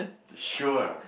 sure